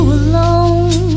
alone